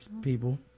people